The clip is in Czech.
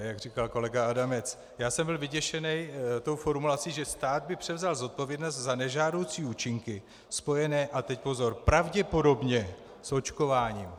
Jak říkal kolega Adamec, byl jsem vyděšený formulací, že stát by převzal zodpovědnost za nežádoucí účinky spojené a teď pozor pravděpodobně s očkováním.